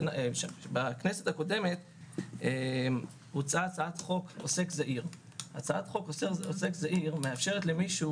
בכנסת הקודמת הוצעה הצעת חוק עוסק זעיר שמאפשרת למישהו